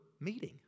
meeting